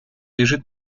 лежит